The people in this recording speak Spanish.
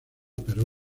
pero